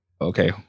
Okay